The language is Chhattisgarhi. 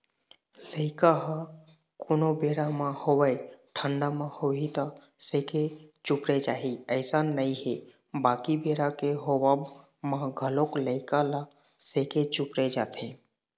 लइका ह कोनो बेरा म होवय ठंडा म होही त सेके चुपरे जाही अइसन नइ हे बाकी बेरा के होवब म घलोक लइका ल सेके चुपरे जाथे